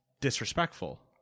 disrespectful